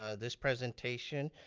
ah this presentation,